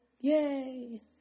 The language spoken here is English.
yay